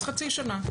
אז חצי שנה.